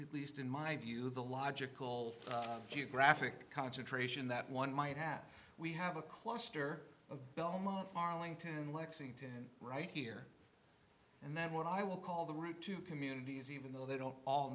at least in my view the logical geographic concentration that one might have we have a cluster of belmont arlington lexington right here and that what i will call the route two communities even though they don't all